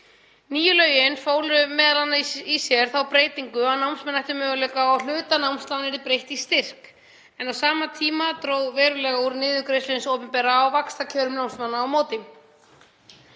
Nýju lögin fólu m.a. í sér þá breytingu að námsmenn ættu möguleika á að hluta námslána yrði breytt í styrk en á sama tíma dró verulega úr niðurgreiðslu hins opinbera á vaxtakjörum námsmanna á móti.